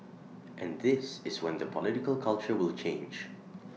and this is when the political culture will change